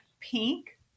pink